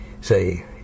say